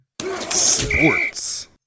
Sports